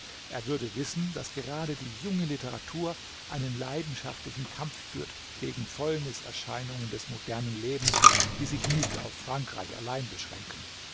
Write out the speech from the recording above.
er würde wissen daß gerade die junge literatur einen leidenschaftlichen kampf führt gegen fäulniserscheinungen des modernen lebens die sich nicht auf frankreich allein beschränken